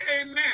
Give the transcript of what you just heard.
Amen